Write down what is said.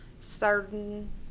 certain